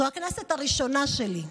זאת הכנסת הראשונה שלי,